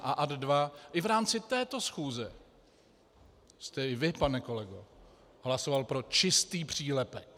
A ad 2 i v rámci této schůze jste i vy, pane kolego, hlasoval pro čistý přílepek.